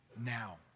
now